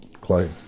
clay